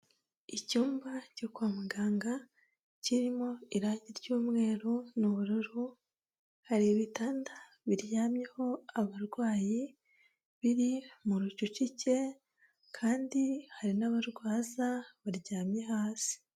Icyumba cyo kwa muganga kirimo irangi ry'umweru n'ubururu, hari ibitanda biryamyeho abarwayi biri mu bucucike, kandi hari n'abarwaza baryamye hasi.